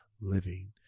living